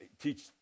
teach